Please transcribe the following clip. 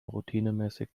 routinemäßig